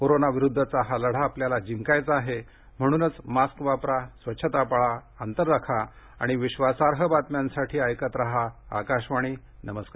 कोरोनाविरुद्धचा हा लढा आपल्याला जिंकायचा आहे म्हणूनच मास्क वापरा स्वच्छता पाळा अंतर राखा आणि विश्वासार्ह बातम्यांसाठी ऐकत रहा आकाशवाणी नमस्कार